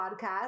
podcast